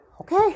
okay